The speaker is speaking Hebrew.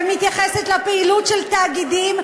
ומתייחסת לפעילות של תאגידים,